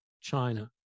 China